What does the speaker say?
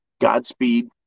Godspeed